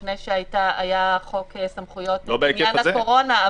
לפני שהיה חוק סמכויות לעניין הקורונה,